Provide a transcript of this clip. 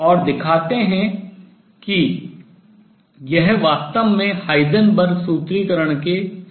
और दिखाते हैं कि यह वास्तव में हाइजेनबर्ग सूत्रीकरण Heisenberg's formulation के समतुल्य है